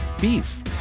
beef